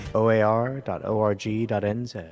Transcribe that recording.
oar.org.nz